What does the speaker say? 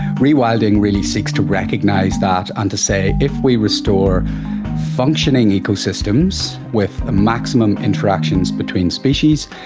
rewilding really seeks to recognise that and to say if we restore functioning ecosystems with the maximum interactions between species,